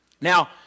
Now